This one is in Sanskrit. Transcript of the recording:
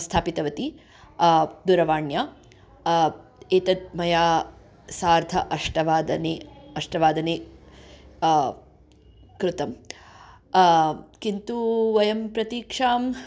स्थापितवती दूरवाण्या एतद्मया सार्ध अष्टवादने अष्टवादने कृतं किन्तु वयं प्रतीक्षां